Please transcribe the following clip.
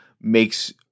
makes